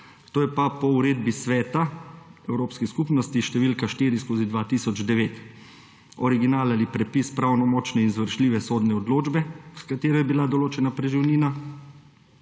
to je pa po uredbi Sveta evropskih skupnosti številka 4/2009 –: original ali prepis pravnomočne izvršljive sodne odločbe, s katero je bila določena preživnina,